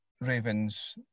Ravens